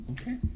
Okay